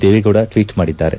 Deve Gowda tweet ಮಾಡಿದ್ದಾರೆ